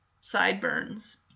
sideburns